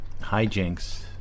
hijinks